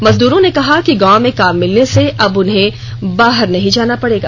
मजदूरों ने कहा कि गांव में काम मिलने से अब उन्हें बाहर नहीं जाना पड़ेगा